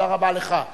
תודה רבה לך.